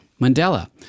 Mandela